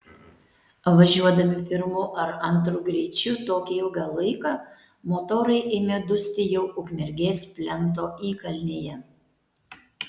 važiuodami pirmu ar antru greičiu tokį ilgą laiką motorai ėmė dusti jau ukmergės plento įkalnėje